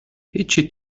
هیچی